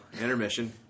intermission